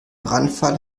brandfall